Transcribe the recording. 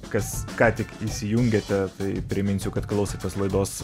kas ką tik įsijungėte tai priminsiu kad klausotės laidos